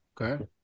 Okay